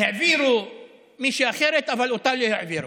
העבירו מישהי אחרת, אבל אותה לא העבירו.